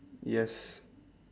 yes